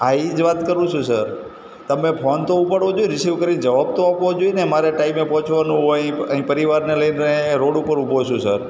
હા એ જ વાત કરું છું સર તમે ફોન તો ઉપાડવો જોઈએને રિસિવ કરીને જવાબ તો આપવો જોઈએને અમારે ટાઈમે પહોંચવાનું હોય અહીં પરિવારને લઈને આંય રોડ પર ઊભો છું સર